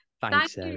Thanks